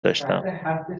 داشتم